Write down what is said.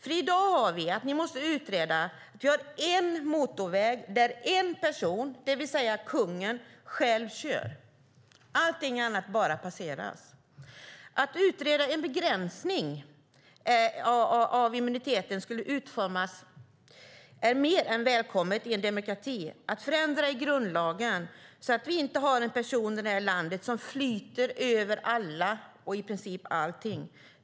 Vi måste utreda det som gäller i dag - att vi har en motorväg där en person, det vill säga kungen, själv kör. Allting annat passeras bara. Att utreda hur en begränsning av immuniteten skulle kunna utformas är mer än välkommet i en demokrati. Vi bör förändra grundlagen så att vi inte har en person, det vill säga kungen, i det här landet som flyter över alla och i princip allting.